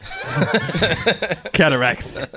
Cataracts